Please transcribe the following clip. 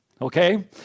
Okay